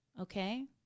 Okay